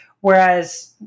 whereas